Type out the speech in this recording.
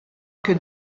que